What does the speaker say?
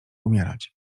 umierać